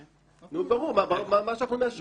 נו, ברור, מה שאנחנו מאשרים.